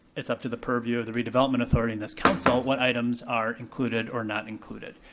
it's up to the purview of the redevelopment authority and this council what items are included or not included.